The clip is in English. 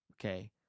Okay